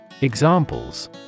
Examples